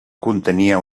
contenia